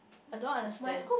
I don't understand